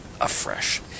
afresh